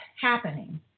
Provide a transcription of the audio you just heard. happening